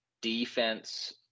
Defense